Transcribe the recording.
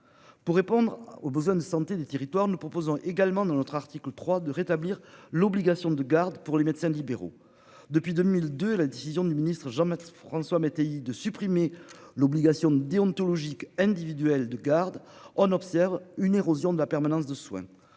Pour répondre aux besoins de santé des territoires, nous proposons également dans notre article 3 de rétablir l'obligation de garde pour les médecins libéraux depuis 2002 et la décision du ministre Jean Jean-Max François Mattéi de supprimer l'obligation déontologique individuelles de garde. On observe une érosion de la permanence de soins